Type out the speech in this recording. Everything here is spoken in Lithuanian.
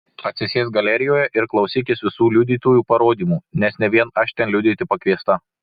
atsisėsk galerijoje ir klausykis visų liudytojų parodymų nes ne vien aš ten liudyti pakviesta